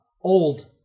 old